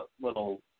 little